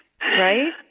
Right